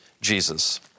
Jesus